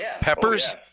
peppers